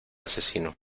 asesino